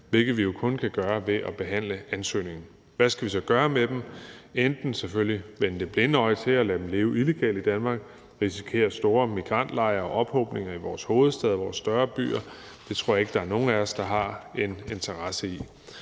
hvilket vi jo kun kan gøre ved at behandle ansøgningen. Hvad skal vi så gøre med dem? Skal vi vende det blinde øje til og lade dem leve illegalt i Danmark og risikere store migrantlejre og ophobninger i vores hovedstad og større byer? Det tror jeg ikke at der er nogen af os der har en interesse i.